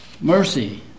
mercy